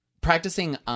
practicing